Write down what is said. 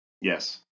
Yes